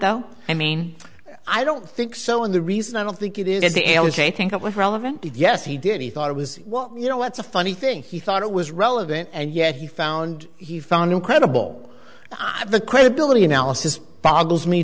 though i mean i don't think so and the reason i don't think it is the think of what relevant yes he did he thought it was well you know it's a funny thing he thought it was relevant and yet he found he found incredible of the credibility analysis boggles me